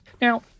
Now